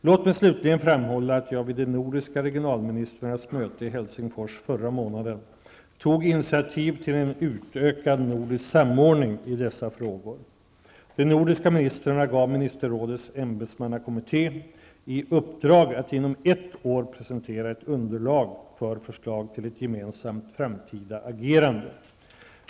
Låt mig slutligen framhålla att jag vid de nordiska regionalministrarnas möte i Helsingfors förra månaden tog initiativ till en utökad nordisk samordning i dessa frågor. De nordiska ministrarna gav ministerrådets ämbetsmannakommitté i uppdrag att inom ett år presentera ett underlag för förslag till ett gemensamt framtida agerande.